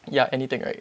ya anything right